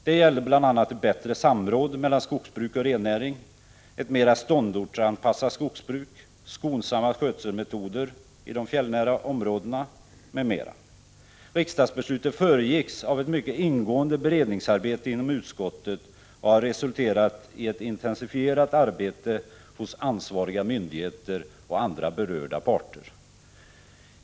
Det gällde bl.a. ett bättre samråd mellan skogsbruk och rennäring, ett mera ståndortsanpassat skogsbruk, skonsamma skötselmetoder i de fjällnära områdena m.m. Riksdagsbeslutet föregicks av ett mycket ingående beredningsarbete inom utskottet och har resulterat i ett intensifierat arbete hos ansvariga myndigheter och andra berörda parter.